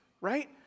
right